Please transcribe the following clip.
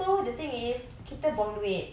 so the thing is kita buang duit